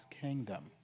kingdom